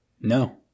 No